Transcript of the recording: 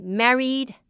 married